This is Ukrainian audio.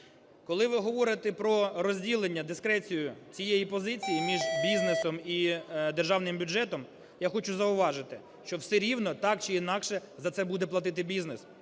Коли ви говорите про розділення, дискрецію цієї позиції між бізнесом і державним бюджетом, я хочу зауважити, що все рівно так чи інакше за це буде платити бізнес: